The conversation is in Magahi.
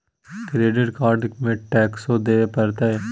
क्रेडिट कार्ड में टेक्सो देवे परते?